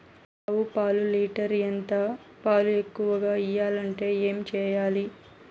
ఆవు పాలు లీటర్ ఎంత? పాలు ఎక్కువగా ఇయ్యాలంటే ఏం చేయాలి?